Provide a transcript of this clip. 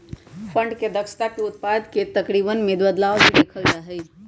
fund के दक्षता से उत्पाद के तरीकवन में बदलाव भी देखल जा हई